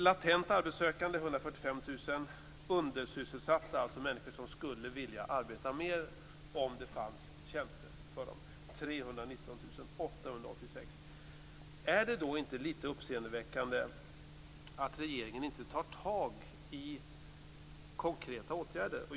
Latent arbetssökande är 145 000, undersysselsatta, alltså människor som skulle vilja arbeta mer om det fanns tjänster för dem, 319 886. Är det inte litet uppseendeväckande att regeringen inte tar itu med detta genom konkreta åtgärder?